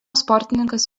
sportininkas